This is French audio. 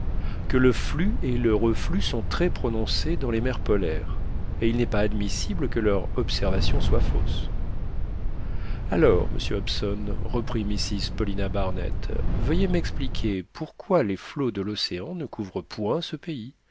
que le flux et le reflux sont très prononcés dans les mers polaires et il n'est pas admissible que leur observation soit fausse alors monsieur hobson reprit mrs paulina barnett veuillez m'expliquer pourquoi les flots de l'océan ne couvrent point ce pays